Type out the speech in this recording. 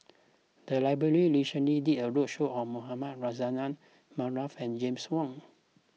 the library recently did a roadshow on Mohamed Rozani Maarof and James Wong